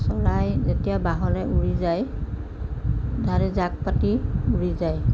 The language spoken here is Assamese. চৰাই যেতিয়া বাহলৈ উৰি যায় তাহাঁতি জাকপাতি উৰি যায়